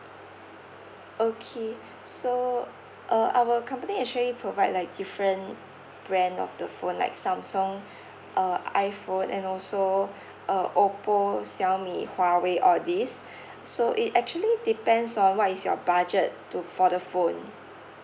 okay so uh our company actually provide like different brand of the phone like Samsung uh iPhone and also uh Oppo Xiaomi Huawei all this so it actually depends on what is your budget to for the phone